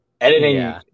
editing